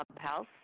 clubhouse